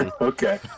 okay